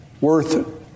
worth